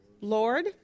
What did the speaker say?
Lord